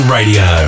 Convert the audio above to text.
Radio